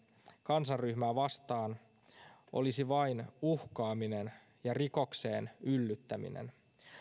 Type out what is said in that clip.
kansanryhmää vastaan olisi vain uhkaaminen ja rikokseen yllyttäminen